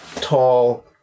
tall